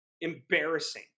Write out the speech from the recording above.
embarrassing